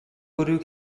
bwrw